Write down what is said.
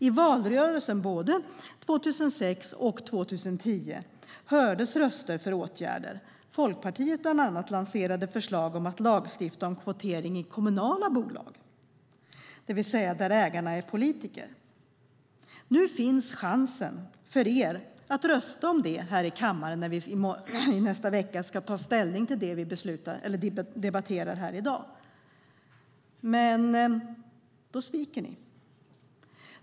I valrörelsen både 2006 och 2010 hördes röster för åtgärder. Bland annat Folkpartiet lanserade förslag om att man skulle lagstifta om kvotering i kommunala bolag, det vill säga där ägarna är politiker. Nu finns chansen för er att rösta om det här i kammaren när vi i nästa vecka ska ta ställning till det som vi debatterar här i dag. Men då sviker ni.